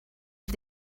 els